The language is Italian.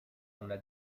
una